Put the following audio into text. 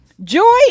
joy